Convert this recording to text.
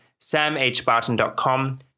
samhbarton.com